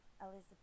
Elizabeth